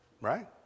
Right